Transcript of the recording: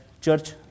church